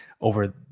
over